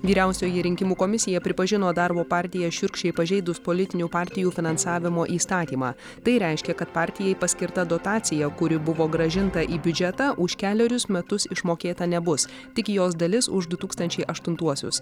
vyriausioji rinkimų komisija pripažino darbo partiją šiurkščiai pažeidus politinių partijų finansavimo įstatymą tai reiškia kad partijai paskirta dotacija kuri buvo grąžinta į biudžetą už kelerius metus išmokėta nebus tik jos dalis už du tūkstančiai aštuntuosius